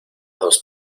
dos